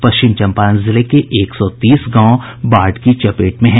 पश्चिम चम्पारण जिले के एक सौ तीस गांव बाढ़ की चपेट में हैं